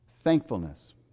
Thankfulness